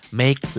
make